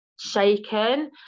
shaken